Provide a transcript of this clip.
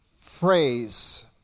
phrase